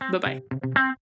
Bye-bye